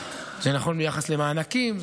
זה נכון ביחס למענקים,